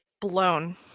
blown